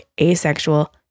asexual